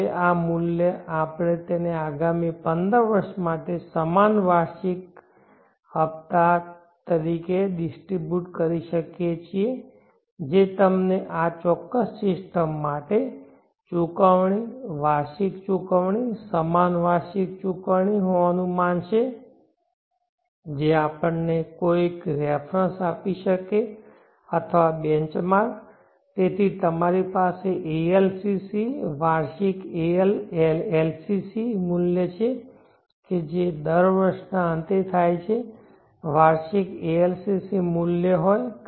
હવે આ મૂલ્ય આપણે તેને આગામી 15 વર્ષ માટે સમાન વાર્ષિક વાર્ષિક હપતા તરીકે ડિસ્ટ્રીબ્યુટ કરી શકીએ છીએ જે તમને આ ચોક્કસ સિસ્ટમ માટે ચુકવણી વાર્ષિક ચુકવણી સમાન વાર્ષિક ચુકવણી હોવાનું માનશે જે આપણને કોઈ રેફરન્સ આપી શકે અથવા બેંચમાર્ક તેથી અમારી પાસે ALCC વાર્ષિક LLC મૂલ્ય છે કે જે દર વર્ષના અંતે થાય છે વાર્ષિક ALCC મૂલ્ય હોય